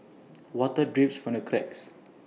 water drips from the cracks